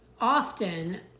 often